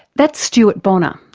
that's stuart bonner,